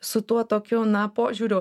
su tuo tokiu na požiūriu